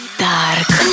dark